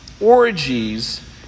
orgies